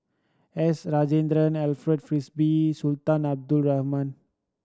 S Rajendran Alfred Frisby Sultan Abdul Rahman